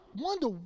wonder